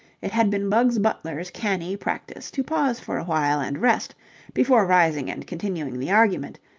it had been bugs butler's canny practice to pause for a while and rest before rising and continuing the argument,